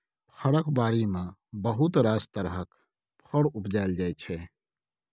फरक बारी मे बहुत रास तरहक फर उपजाएल जाइ छै